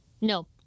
No